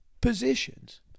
positions